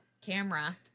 camera